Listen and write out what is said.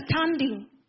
understanding